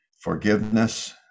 forgiveness